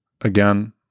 again